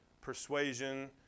persuasion